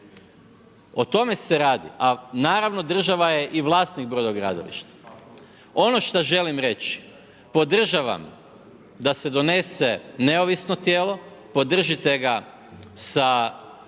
O tome se radi, a naravno i država je i vlasnik brodogradilišta. Ono što želim reći, podržavam da se donese neovisno tijelo, podržite ga sa